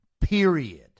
period